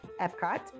Epcot